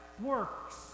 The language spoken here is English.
works